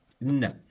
No